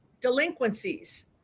delinquencies